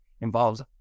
involves